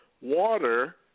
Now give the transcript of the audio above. Water